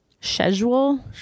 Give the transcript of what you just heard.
schedule